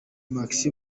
max